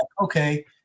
okay